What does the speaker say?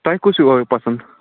تۄہہِ کُس ہیٛوٗ آو پَسنٛد